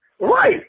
Right